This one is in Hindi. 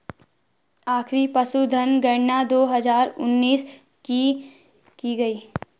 आखिरी पशुधन गणना दो हजार उन्नीस में की गयी थी